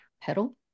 pedal